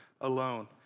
alone